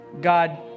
God